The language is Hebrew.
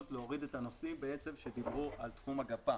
להוריד את הנושאים שדיברו על תחום הגפ"ם.